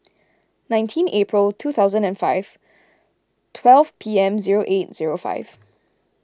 nineteen April two thousand and five twelve P M zero eight zero five